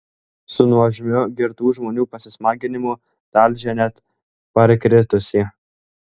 su nuožmiu girtų žmonių pasismaginimu talžė net parkritusį